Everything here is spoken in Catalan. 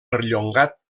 perllongat